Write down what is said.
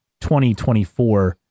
2024